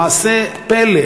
מעשי פלא.